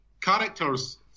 characters